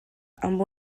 amb